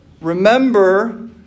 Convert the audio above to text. Remember